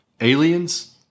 Aliens